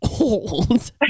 old